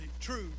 true